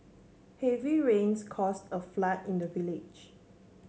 heavy rains caused a flood in the village